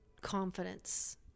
confidence